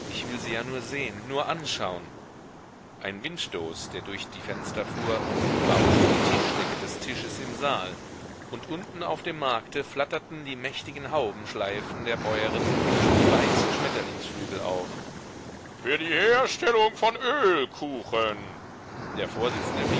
ich will sie ja nur sehen nur anschauen ein windstoß der durch die fenster fuhr bauschte die tischdecke des tisches im saal und unten auf dem markte flatterten die mächtigen haubenschleifen der bäuerinnen wie weiße schmetterlingsflügel auf für die herstellung von ölkuchen der vorsitzende